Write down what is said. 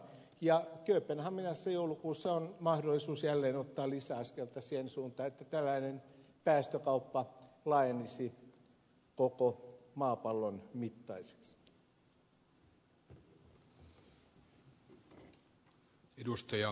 ja kööpenhaminassa joulukuussa on mahdollisuus jälleen ottaa lisäaskeleita siihen suuntaan että tällainen päästökauppa laajenisi koko maapallon laajuiseksi